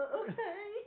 okay